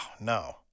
no